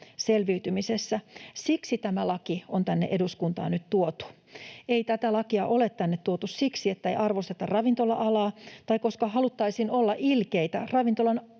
selviytymisessä. Siksi tämä laki on tänne eduskuntaan nyt tuotu. Ei tätä lakia ole tänne tuotu siksi, että ei arvosteta ravintola-alaa tai että haluttaisiin olla ilkeitä ravintolan